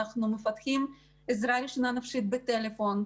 אנחנו מפתחים עזרה ראשונה נפשית בטלפון.